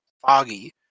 foggy